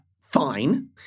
fine